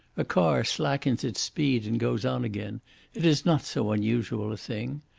a car slackens its speed and goes on again it is not so unusual a thing.